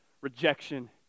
rejection